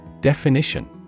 Definition